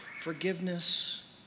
forgiveness